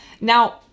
Now